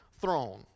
throne